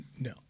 no